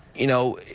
you know,